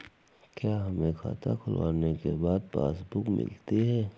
क्या हमें खाता खुलवाने के बाद पासबुक मिलती है?